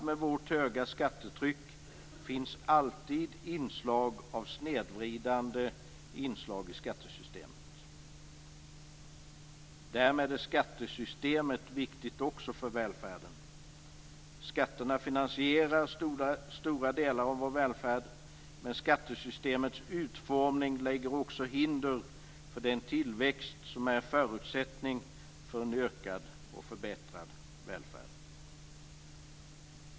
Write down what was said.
Med vårt höga skattetryck finns det alltid snedvridande inslag i skattesystemet. Därmed är skattesystemet viktigt också för välfärden. Skatterna finansierar stora delar av vår välfärd, men skattesystemets utformning lägger också hinder för den tillväxt som är en förutsättning för en utökad och förbättrad välfärd.